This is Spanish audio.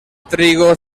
trigo